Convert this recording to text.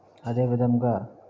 అదే విధంగా